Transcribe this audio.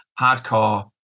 hardcore